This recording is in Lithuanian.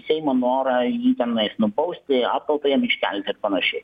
seimo norą jį tenais nubausti apkaltą jam iškelti ir panašiai